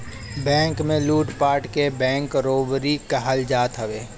bank में लूटपाट के बैंक रोबरी कहल जात हवे